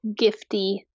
gifty